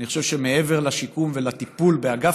אני חושב שמעבר לשיקום ולטיפול באגף